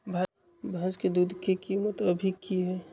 भैंस के दूध के कीमत अभी की हई?